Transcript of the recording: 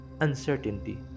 Uncertainty